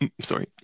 sorry